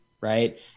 right